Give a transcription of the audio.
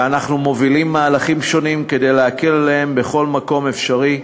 ואנחנו מובילים מהלכים שונים כדי להקל עליהם בכל מקום אפשרי.